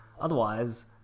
Otherwise